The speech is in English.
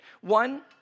One